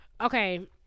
Okay